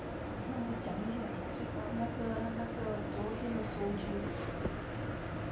ah 让我想一下 ah 那个那个昨天的 soju